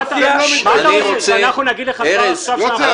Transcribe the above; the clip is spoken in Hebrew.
ארז,